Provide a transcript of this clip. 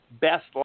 best